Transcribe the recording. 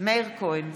מאיר כהן,